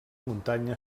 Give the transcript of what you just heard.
muntanya